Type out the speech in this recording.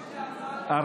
בוודאי.